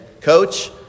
Coach